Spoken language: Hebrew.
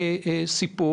שהזכרת,